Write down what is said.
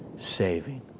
saving